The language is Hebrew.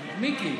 מיקי.